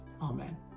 Amen